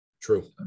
True